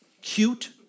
Cute